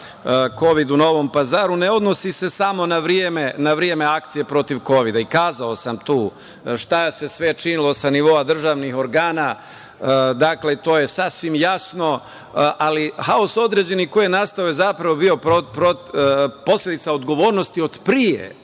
kovid u Novom Pazaru, ne odnosi se samo na vreme akcije protiv kovida. Kazao sam tu šta se sve činilo sa nivoa državnih organa, dakle, to je sasvim jasno, ali haos određeni koji je nastao je zapravo bio posledica odgovornosti od pre,